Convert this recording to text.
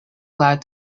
glad